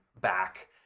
back